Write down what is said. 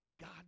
God